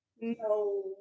No